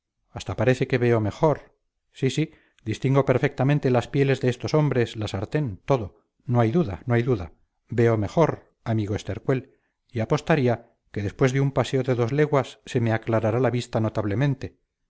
hasta parece que veo mejor sí sí distingo perfectamente las pieles de estos hombres la sartén todo no hay duda no hay duda veo mejor amigo estercuel y apostaría que después de un paseo de dos leguas se me aclarará la vista notablemente